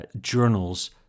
journals